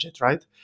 right